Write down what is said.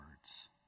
words